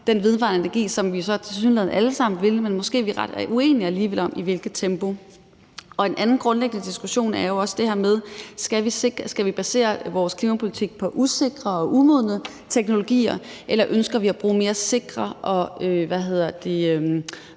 den vedvarende energi, hvad vi jo så tilsyneladende alle sammen vil, men måske er vi alligevel ret uenige om i hvilket tempo. En anden grundlæggende diskussion er også det her med: Skal vi basere vores klimapolitik på usikre og umodne teknologier, eller ønsker vi at bruge mere sikre og kendte